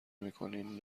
میکنین